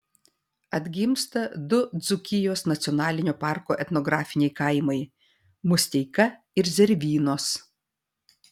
atgimsta du dzūkijos nacionalinio parko etnografiniai kaimai musteika ir zervynos